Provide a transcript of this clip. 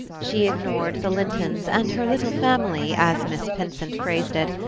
she ignored the lintons, and her little family, as miss pinsent phrased it,